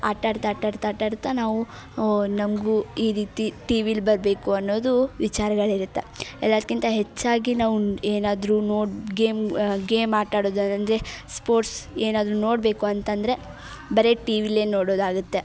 ಆಟಾಡ್ತಾ ಆಟಾಡ್ತಾ ಆಟಾಡ್ತಾ ನಾವು ನಮಗೂ ಈ ರೀತಿ ಟಿ ವಿಲಿ ಬರಬೇಕು ಅನ್ನೋದು ವಿಚಾರಗಳಿರತ್ತೆ ಎಲ್ಲದ್ಕಿಂತ ಹೆಚ್ಚಾಗಿ ನಾವು ಏನಾದರೂ ನೋಡಿ ಗೇಮ್ ಗೇಮ್ ಆಟಾಡೋದನ್ ಅಂದರೆ ಸ್ಪೋರ್ಟ್ಸ್ ಏನಾದರೂ ನೋಡಬೇಕು ಅಂತಂದರೆ ಬರೇ ಟಿ ವಿಲೇ ನೋಡೋದಾಗುತ್ತೆ